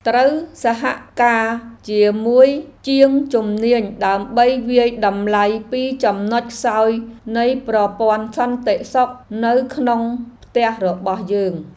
ត្រូវសហការជាមួយជាងជំនាញដើម្បីវាយតម្លៃពីចំណុចខ្សោយនៃប្រព័ន្ធសន្តិសុខនៅក្នុងផ្ទះរបស់យើង។